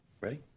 Ready